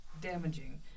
damaging